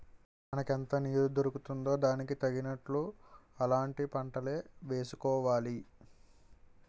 మనకెంత నీరు దొరుకుతుందో దానికి తగినట్లు అలాంటి పంటలే వేసుకోవాలి